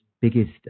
biggest